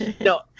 no